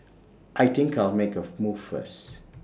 I think I'll make A move first